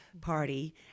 party